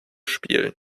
spielen